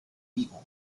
vigo